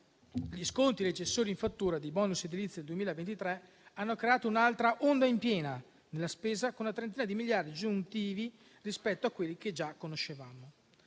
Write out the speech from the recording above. gli sconti e le cessioni in fattura dei *bonus* edilizi del 2023 hanno creato un'altra onda in piena della spesa, con una trentina di miliardi aggiuntivi rispetto a quelli che già conoscevamo.